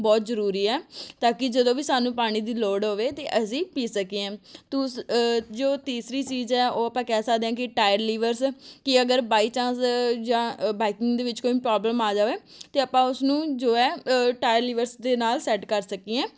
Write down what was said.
ਬਹੁਤ ਜ਼ਰੂਰੀ ਆ ਤਾਂ ਕਿ ਜਦੋਂ ਵੀ ਸਾਨੂੰ ਪਾਣੀ ਦੀ ਲੋੜ ਹੋਵੇ ਅਤੇ ਅਸੀਂ ਪੀ ਸਕੀਏ ਤੂੰ ਸ ਜੋ ਤੀਸਰੀ ਚੀਜ਼ ਏ ਉਹ ਆਪਾਂ ਕਹਿ ਸਕਦੇ ਹਾਂ ਕਿ ਟਾਇਰ ਲੀਵਰਜ਼ ਕਿ ਅਗਰ ਬਾਈ ਚਾਂਸ ਜਾਂ ਬਾਈਕਿੰਗ ਦੇ ਵਿੱਚ ਕੋਈ ਪ੍ਰੋਬਲਮ ਆ ਜਾਵੇ ਅਤੇ ਆਪਾਂ ਉਸਨੂੰ ਜੋ ਹੈ ਟਾਇਰ ਲੀਵਰਜ਼ ਦੇ ਨਾਲ ਸੈਟ ਕਰ ਸਕੀਏ